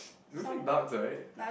looks like ducks right